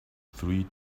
three